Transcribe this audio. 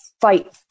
fight